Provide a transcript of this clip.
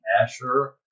Asher